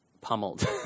pummeled